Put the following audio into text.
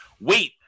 wait